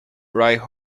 right